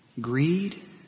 Greed